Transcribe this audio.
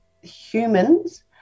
humans